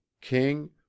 King